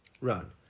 run